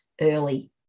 early